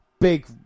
big